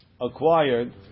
acquired